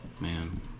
Man